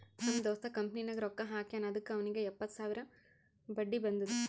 ನಮ್ ದೋಸ್ತ ಕಂಪನಿನಾಗ್ ರೊಕ್ಕಾ ಹಾಕ್ಯಾನ್ ಅದುಕ್ಕ ಅವ್ನಿಗ್ ಎಪ್ಪತ್ತು ಸಾವಿರ ಬಡ್ಡಿ ಬಂದುದ್